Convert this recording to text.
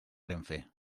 renfe